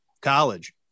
college